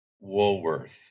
Woolworth